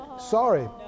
Sorry